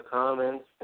comments